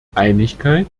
einigkeit